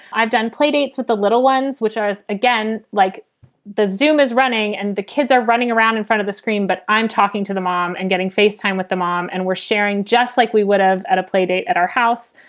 i've done playdates with the little ones which are again, like the xoom is running and the kids are running around in front of the screen. but i'm talking to the mom and getting face time with the mom. and we're sharing just like we would have at a playdate at our house.